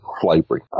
slavery